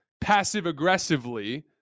passive-aggressively